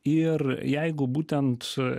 ir jeigu būtent